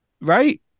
Right